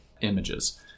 images